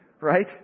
Right